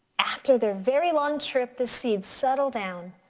after their very long trip the seeds settle down.